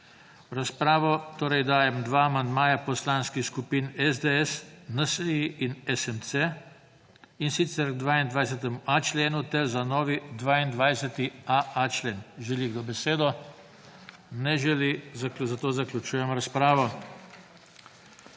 razpravo torej dajem 2 amandmaja poslanskih skupin SDS, NSi in SMC, in sicer k 22.a členu ter za novi 22.aa člen. Želi kdo besedo? Ne želi, zato zaključujem razpravo.